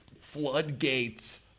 floodgates